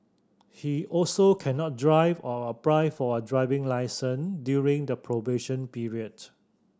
he also cannot drive or apply for a driving licence during the probation period